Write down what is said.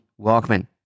Walkman